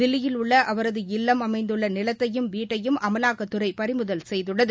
தில்லியில் உள்ள அவரது இல்லம் அமைந்துள்ள நிலத்தையும் வீட்டையும் அமலாக்கத்துறை பறிமுதல் செய்துள்ளது